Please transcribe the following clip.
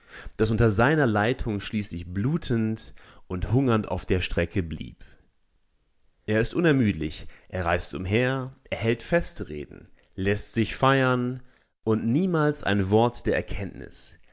das unter seiner leitung schließlich blutend und hungernd auf der strecke blieb er ist unermüdlich er reist umher er hält festreden läßt sich feiern und niemals ein wort der erkenntnis